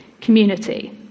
community